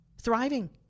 thriving